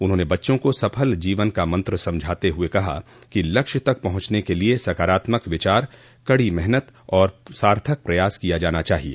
उन्होंने बच्चों को सफल जीवन का मंत्र समझाते हुए कहा कि लक्ष्य तक पहुंचने के लिए सकारात्मक विचार कड़ी मेहनत और सार्थक प्रयास किया जाना चाहिए